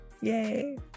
Yay